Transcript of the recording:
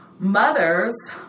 mothers